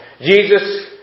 Jesus